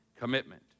commitment